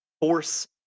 force